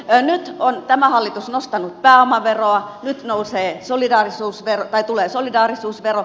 nyt on tämä hallitus nostanut pääomaveroa nyt tulee solidaarisuusvero